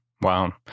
Wow